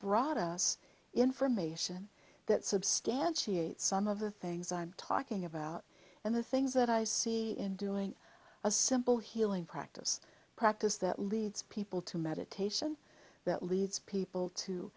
brought us information that substantiate some of the things i'm talking about and the things that i see in doing a simple healing practice practice that leads people to meditation that leads people